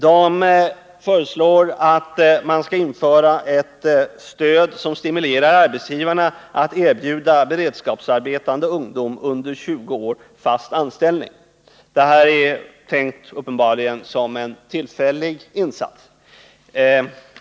De föreslår att ett stöd införs som stimulerar arbetsgivarna att erbjuda beredskapsarbetande ungdom under 20 år fast anställning. Denna åtgärd är uppenbarligen tänkt som en tillfällig insats.